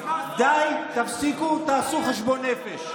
די, תפסיקו, תעשו חשבון נפש.